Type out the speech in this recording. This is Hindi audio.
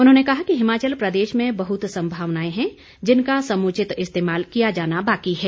उन्होंने कहा कि हिमाचल प्रदेश में बहुत संभावनाएं हैं जिनका समुचित इस्तेमाल किया जाना बाकी है